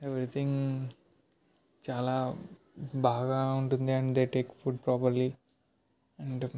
everything చాలా బాగా ఉంటుంది and they take food properly and